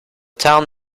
town